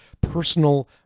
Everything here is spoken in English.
Personal